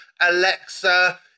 Alexa